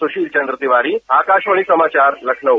सुशीलचंद्र तिवारी आकाशवाणी समाचार लखनऊ